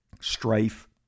Strife